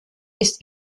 ist